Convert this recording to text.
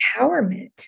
empowerment